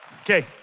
Okay